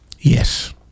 Yes